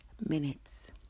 minutes